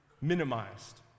minimized